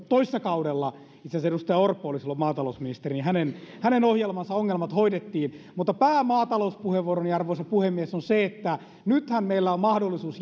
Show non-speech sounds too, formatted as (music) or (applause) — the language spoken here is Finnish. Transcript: toissa kaudella itse asiassa edustaja orpo oli silloin maatalousministeri ja hänen ohjelmansa ongelmat hoidettiin mutta päämaatalouspuheenvuoroni arvoisa puhemies on se että nythän meillä on mahdollisuus (unintelligible)